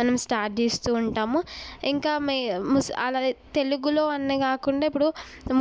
మనం స్టార్ట్ చేస్తూ ఉంటాము ఇంకా తెలుగులో అనే కాకుండా ఇప్పుడు